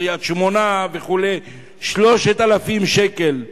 קריית-שמונה וכו' 3,000 שקל.